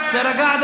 שמחה רוטמן,